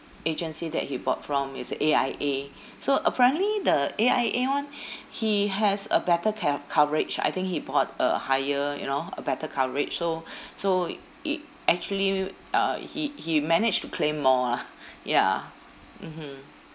agency that he bought from is A_I_A so apparently the A_I_A [one] he has a better car~ coverage I think he bought a higher you know a better coverage so so i~ actually uh he he managed to claim more ah ya mmhmm